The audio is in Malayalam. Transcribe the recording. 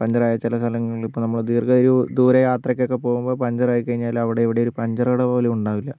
പഞ്ചറായ ചില സ്ഥലങ്ങളിൽ ഇപ്പോൾ നമ്മൾ ദീർഘ ദൂര യാത്രയ്ക്കൊക്കെ പോവുമ്പോൾ പഞ്ചറായി കഴിഞ്ഞാൽ അവിടെ ഇവിടെയൊരു പഞ്ചറ് കട പോലും ഉണ്ടാവില്ല